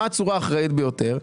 מה הצורה האחראית ביותר?